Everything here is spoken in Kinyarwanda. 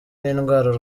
n’indwara